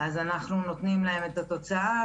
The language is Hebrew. אז אנחנו נותנים להם את התוצאה,